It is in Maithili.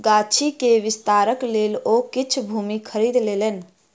गाछी के विस्तारक लेल ओ किछ भूमि खरीद लेलैन